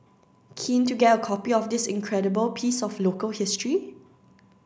keen to get a copy of this incredible piece of local history